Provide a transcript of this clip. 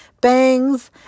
bangs